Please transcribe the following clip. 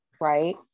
right